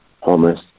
homeless